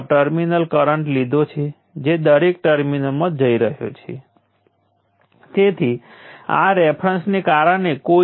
અને આ મૂલ્ય આ બંનેની પ્રોડક્ટ છે જે 10 મિલી વોટ્સ થાય છે